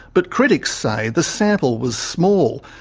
but critics say the sample was small,